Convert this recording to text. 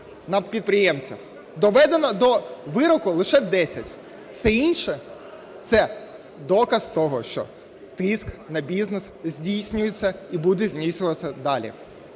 на підприємців. Доведено до вироку лише 10. Все інше – це доказ того, що тиск на бізнес здійснюється і буде здійснюватися далі.